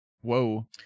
Whoa